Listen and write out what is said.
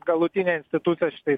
galutinė institucija šitais